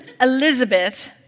Elizabeth